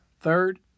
Third